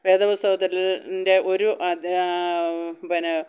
വേദപുസ്തകത്തിൽ ഒരു അദ്ധ്യായം പിന്നെ